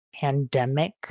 pandemic